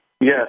Yes